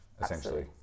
essentially